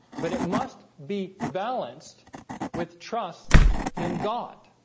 but it must be balanced with trust in god